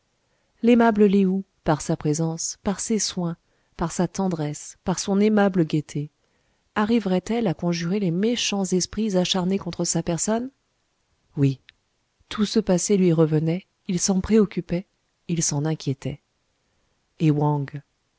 l'aimable lé ou par sa présence par ses soins par sa tendresse par son aimable gaieté arriveraitelle à conjurer les méchants esprits acharnés contre sa personne oui tout ce passé lui revenait il s'en préoccupait il s'en inquiétait et wang